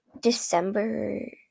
December